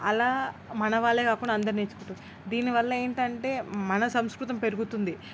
అలా మనవాళ్ళే కాకుండా అందరూ నేర్చుకుంటున్నారు దీనివల్ల ఏంటంటే మన సంస్కృతి పెరుగుతుంది